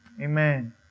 Amen